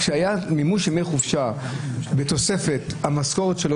כשהיה מימוש ימי חופשה בתוספת המשכורת שלו,